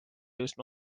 üsna